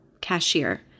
cashier